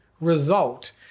result